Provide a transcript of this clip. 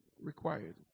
required